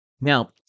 Now